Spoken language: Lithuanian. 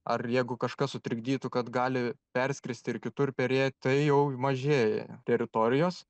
ar jeigu kažkas sutrikdytų kad gali perskristi ir kitur perėt tai jau mažėja teritorijos